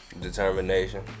Determination